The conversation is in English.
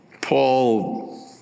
Paul